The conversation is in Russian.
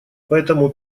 поэтому